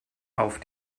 auf